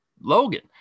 Logan